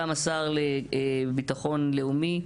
גם השר לביטחון לאומי,